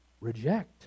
reject